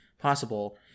possible